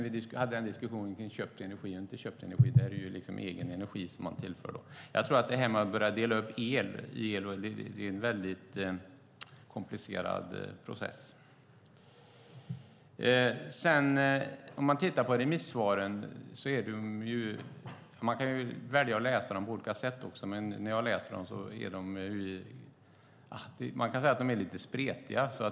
Vi hade en diskussion kring köpt energi och inte köpt energi. Det här är då egen energi som man tillför. Jag tror att det här med att börja dela upp el är en väldigt komplicerad process. Man kan välja att läsa remissvaren på olika sätt, men när jag läser dem tycker jag att de är lite spretiga.